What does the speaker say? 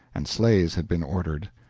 and sleighs had been ordered.